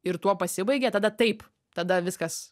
ir tuo pasibaigė tada taip tada viskas